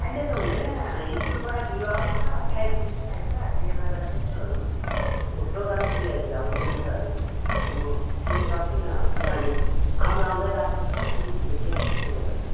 अहिले त हुँदैन स्कुलबाट ढिलो आउँछ टाइम बितिहाल्छ त्यसले गर्दा त्यस्तोहरू पोर प्रोग्राम क्रियाहरू भ्याउँदैन त अनि म दिनु सक्दिनँ किनभने आउँदा आउँदै रात पर्छ दिन छोटिएको छ त्यसले गर्दा